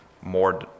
more